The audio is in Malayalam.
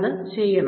ഇത് ചെയ്യണം